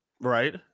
right